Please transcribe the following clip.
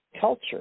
culture